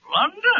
London